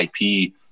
IP